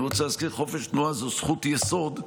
אני רוצה להזכיר: חופש תנועה זה זכות יסוד.